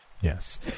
Yes